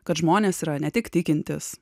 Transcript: kad žmonės yra ne tik tikintys